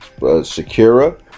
shakira